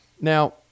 Now